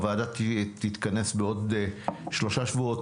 הוועדה תתכנס בעוד שלושה שבועות,